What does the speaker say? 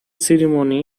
ceremony